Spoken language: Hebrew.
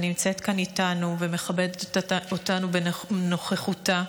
שנמצאת כאן איתנו ומכבדת אותנו בנוכחותה,